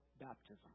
baptism